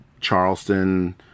Charleston